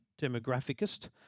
demographicist